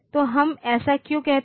तो हम ऐसा क्यों कहते हैं